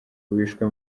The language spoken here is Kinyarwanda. wishwe